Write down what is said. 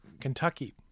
Kentucky